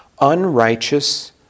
unrighteous